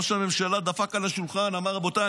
ראש הממשלה דפק על השולחן ואמר: רבותיי,